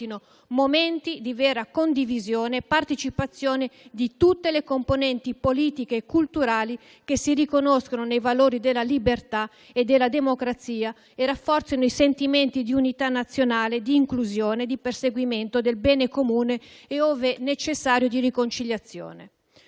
momenti di vera condivisione e partecipazione di tutte le componenti politiche e culturali che si riconoscono nei valori della libertà e della democrazia e rafforzano i sentimenti di unità nazionale, di inclusione, di perseguimento del bene comune e, ove necessario, di riconciliazione.